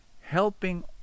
helping